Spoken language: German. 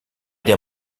der